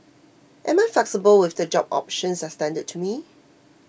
am I flexible with the job options extended to me